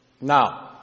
Now